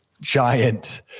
Giant